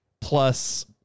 plus